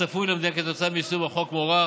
תוך ניצול אופטימלי של תקציב המדינה,